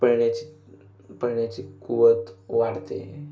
पळण्याची पळण्याची कुवत वाढते